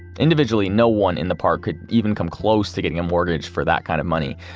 individually, no one in the park could even come close to getting a mortgage for that kind of money.